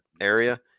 area